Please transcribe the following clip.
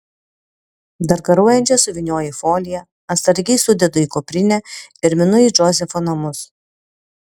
dar garuojančias suvynioju į foliją atsargiai sudedu į kuprinę ir minu į džozefo namus